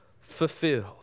fulfilled